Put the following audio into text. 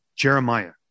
Jeremiah